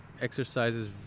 exercises